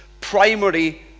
primary